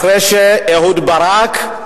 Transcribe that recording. אחרי שאהוד ברק,